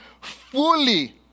fully